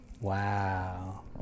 wow